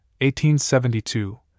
1872